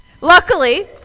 Luckily